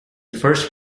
first